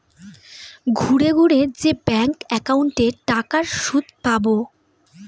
ঘুরে ঘুরে যে ব্যাঙ্ক একাউন্টে টাকার সুদ পাবো